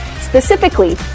specifically